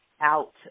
out